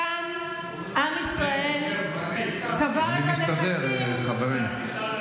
כאן עם ישראל צבר את הנכסים, אני מסתדר, חברים.